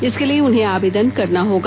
इसके लिए उन्हें आवेदन करना होगा